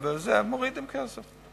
מורידים כסף.